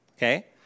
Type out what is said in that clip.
Okay